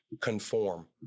conform